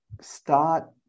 start